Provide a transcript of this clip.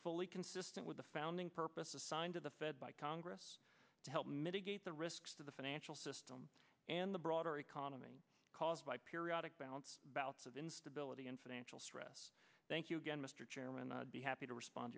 fully consistent with the founding purpose assigned to the fed by congress to help mitigate the risks to the financial system and the broader economy caused by periodic bounce bouts of instability and financial stress thank you again mr chairman be happy to respond